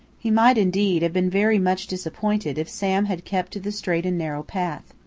he might indeed have been very much disappointed if sam had kept to the straight and narrow path.